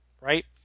right